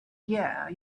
year